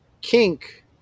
kink